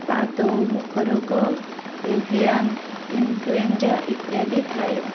ପାଦ ଓ ମୁଖ ରୋଗ ଏଭିଆନ୍ ଇନଫ୍ଲୁଏଞ୍ଜା ଇତ୍ୟାଦି ଥାଏ